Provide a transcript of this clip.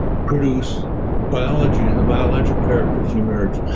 produce biology and the biological characters emerge?